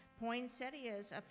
poinsettias